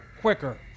quicker